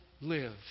live